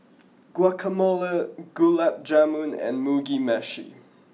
Guacamole Gulab Jamun and Mugi meshi